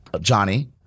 Johnny